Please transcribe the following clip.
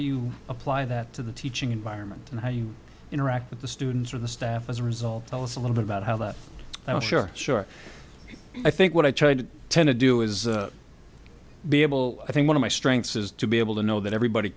you apply that to the teaching environment and how you interact with the students or the staff as a result tell us a little about how that i'm sure sure i think what i try to tend to do is be able i think one of my strengths is to be able to know that everybody